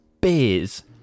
beers